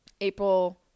April